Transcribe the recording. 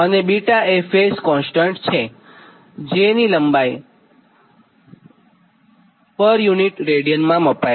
β એ phase constant છે જે એકમ લંબાઈ દીઠ રેડીયનમાં મપાય છે